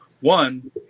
One